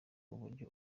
uburyo